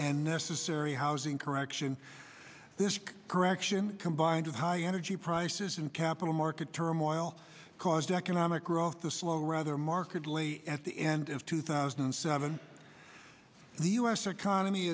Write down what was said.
necessary housing correction this correction combined with high energy prices and capital market turmoil caused economic growth to slow rather markedly at the end of two thousand and seven the us economy